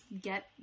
get